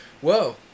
Whoa